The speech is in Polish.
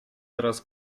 teraz